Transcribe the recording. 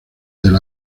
del